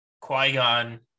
Qui-Gon